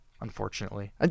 Unfortunately